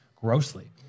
grossly